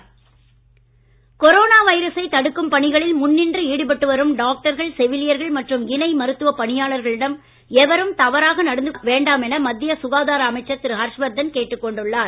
Harshvardhan corona வைரசை தடுக்கும் பணிகளில் முன்னின்று ஈடுபட்டு வரும் டாக்டர்கள் செவிலியர்கள் மற்றும் இணை மருத்துவ பணியாளர்களிடம் எவரும் தவறாக நடந்து கொள்ள வேண்டாம் என மத்திய சுகாதார அமைச்சர் திரு ஹர்ஷ்வர்தன் கேட்டுக் கொண்டுள்ளார்